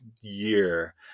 year